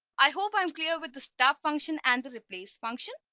i hope i'm clear with the staff function and the replace function.